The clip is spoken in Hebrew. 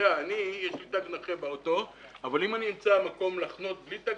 לי יש תג נכה באוטו אבל אם אמצא מקום לחנות בלי תג